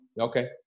Okay